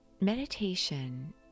meditation